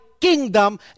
kingdom